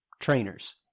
trainers